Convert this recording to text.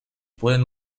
pueden